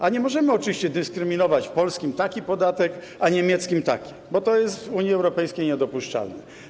A nie możemy oczywiście dyskryminować: polskim taki podatek, a niemieckim taki, bo to jest w Unii Europejskiej niedopuszczalne.